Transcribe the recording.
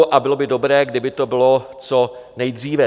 A bylo by dobré, kdyby to bylo co nejdříve.